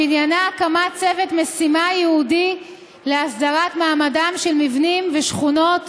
שעניינה הקמת צוות משימה ייעודי להסדרת מעמדם של מבנים ושכונות